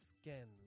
skin